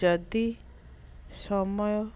ଯଦି ସମୟ